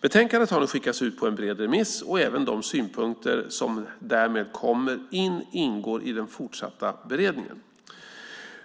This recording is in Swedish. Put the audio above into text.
Betänkandet har nu skickats ut på en bred remiss, och även de synpunkter som därmed kommer in kommer att ingå i den fortsatta beredningen.